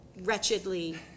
wretchedly